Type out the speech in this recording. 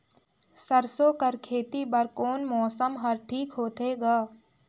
सरसो कर खेती बर कोन मौसम हर ठीक होथे ग?